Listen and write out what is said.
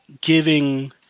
giving